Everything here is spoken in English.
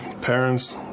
parents